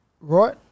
right